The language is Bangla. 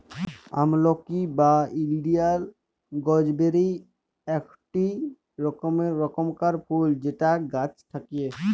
আমলকি বা ইন্ডিয়াল গুজবেরি ইকটি রকমকার ফুল যেটা গাছে থাক্যে